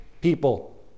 people